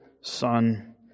Son